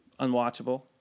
unwatchable